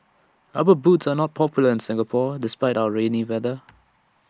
rubber boots are not popular in Singapore despite our rainy weather